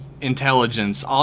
intelligence